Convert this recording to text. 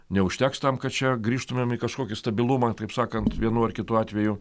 neužteks tam kad čia grįžtumėm į kažkokį stabilumą taip sakant vienu ar kitu atveju